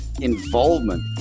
involvement